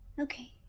Okay